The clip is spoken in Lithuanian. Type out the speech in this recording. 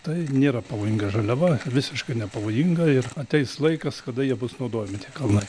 tai nėra pavojinga žaliava visiškai nepavojinga ir ateis laikas kada jie bus naudojami tie kalnai